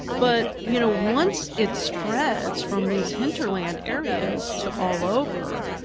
but you know once it spreads from these hinterland areas to all over,